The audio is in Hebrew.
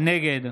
נגד